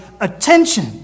attention